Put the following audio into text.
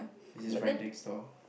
it's just write dicks loh